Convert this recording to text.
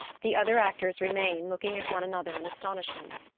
the other actors remain, looking at one another in astonishment.